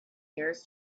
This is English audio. years